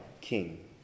king